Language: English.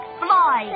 fly